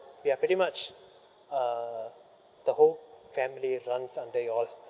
we are pretty much uh the whole family runs under you all